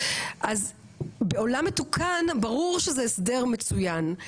אז בעולם מתוקן ברור שזה הסדר מצוין,